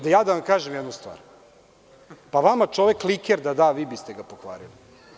Da vam kažem jednu stvar, vama čovek kliker da da, vi biste ga pokvarili.